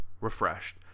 refreshed